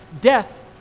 Death